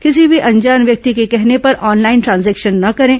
किसी भी अनजान व्यक्ति के कहने पर ऑनलाइन ट्रांजेक्शन न करें